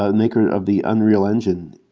ah and maker of the unreal engine,